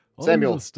Samuel